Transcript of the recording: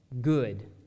good